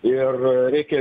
ir reikia